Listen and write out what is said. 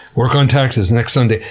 work on taxes, next sunday.